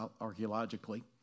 archaeologically